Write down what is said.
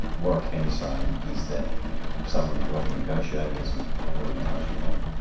what i can say is that summaries are often negotiated, as you've already touched upon,